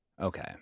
Okay